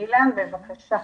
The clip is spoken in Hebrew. אילן, בבקשה.